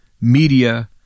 media